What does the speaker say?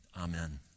Amen